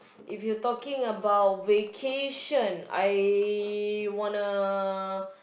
if you taking about vacation I wanna